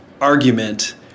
argument